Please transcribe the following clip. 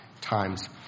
times